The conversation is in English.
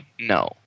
No